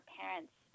parents